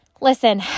Listen